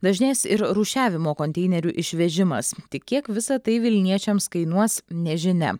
dažnės ir rūšiavimo konteinerių išvežimas tik kiek visa tai vilniečiams kainuos nežinia